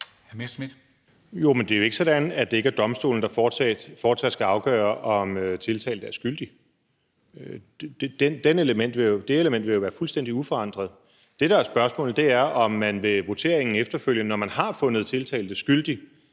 Jo, men det er jo ikke sådan, at det ikke er domstolen, der fortsat skal afgøre, om tiltalte er skyldig. Det element vil jo være fuldstændig uforandret. Det, der er spørgsmålet, er, om der ved voteringen efterfølgende, når man har fundet tiltalte skyldig